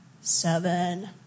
Seven